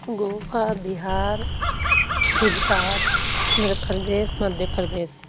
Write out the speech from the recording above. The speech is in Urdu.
گوا بہار گجرات آندھر پردیش مدھیہ پردیش